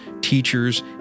teachers